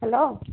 hello